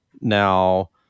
now